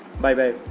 Bye-bye